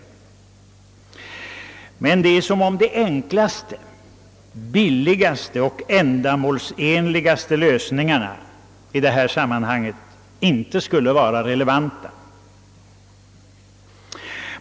Det förefaller emellertid som om de enklaste, billigaste och mest ändamålsenliga lösningarna i detta sammanhang inte skulle vara relevanta.